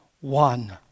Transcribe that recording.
one